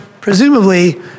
Presumably